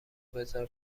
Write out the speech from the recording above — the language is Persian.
بزار